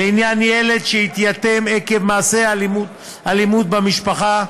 לעניין ילד שהתייתם עקב מעשה אלימות במשפחה,